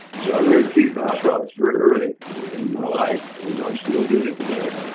i learned to feed byproducts very early in my life and i'm still doing it today.